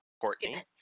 Courtney